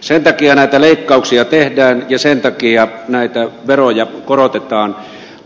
sen takia näitä leikkauksia tehdään ja sen takia näitä veroja korotetaan